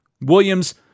Williams